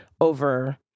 over